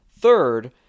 Third